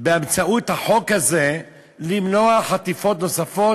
באמצעות החוק הזה למנוע חטיפות נוספות?